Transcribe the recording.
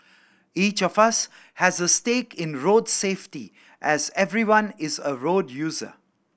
each of us has a stake in road safety as everyone is a road user